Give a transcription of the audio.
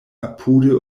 apude